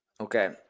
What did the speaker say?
Okay